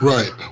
Right